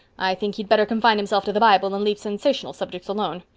i think he'd better confine himself to the bible and leave sensational subjects alone.